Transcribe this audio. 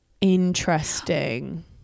interesting